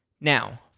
Now